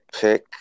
pick